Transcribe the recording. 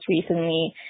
recently